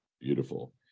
Beautiful